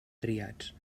triats